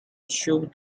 chew